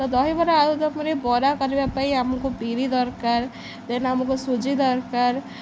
ତ ଦହିବରା ଆଳୁଦମ୍ରେ ବରା କରିବା ପାଇଁ ଆମକୁ ବିରି ଦରକାର ଦେନ୍ ଆମକୁ ସୁଜି ଦରକାର